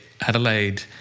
Adelaide